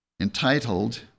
entitled